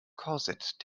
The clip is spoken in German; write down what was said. korsett